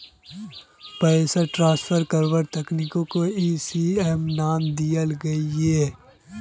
पैसाक ट्रान्सफर कारवार तकनीकोक ई.सी.एस नाम दियाल गहिये